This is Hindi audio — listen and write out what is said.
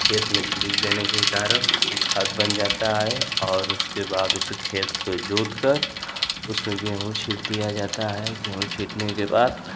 खेत में छिड़िक देने के कारण वो खाद बनता है और उसके बाद उस खेत को जोत कर उसमें गेहूँ छीट दिया जाता हैं गेहूँ छीटने के बाद